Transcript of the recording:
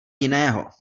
jiného